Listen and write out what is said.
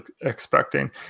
expecting